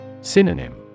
Synonym